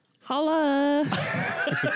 Holla